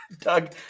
Doug